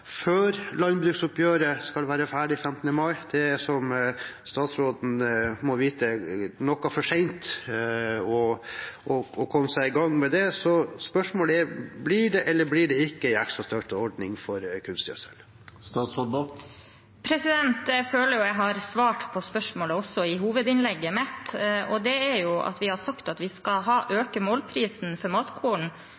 før jordbruksoppgjøret skal være ferdig, 15. mai? Det er, som statsråden må vite, noe sent å komme i gang med det. Så spørsmålet er: Blir det eller blir det ikke en ekstra støtteordning når det gjelder kunstgjødsel? Jeg føler at jeg svarte på spørsmålet i hovedinnlegget mitt. Vi har sagt at vi skal